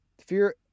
fear